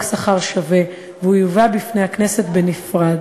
שכר שווה והוא יובא בפני הכנסת בנפרד.